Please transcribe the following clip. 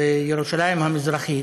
דמוגרפית בירושלים המזרחית,